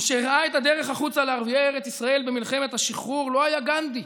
מי שהראה את הדרך החוצה לערביי ארץ ישראל במלחמת השחרור לא היה גנדי,